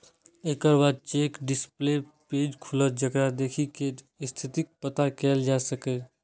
एकर बाद check display page खुलत, जेकरा देखि कें स्थितिक पता कैल जा सकैए